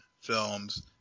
films